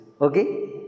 Okay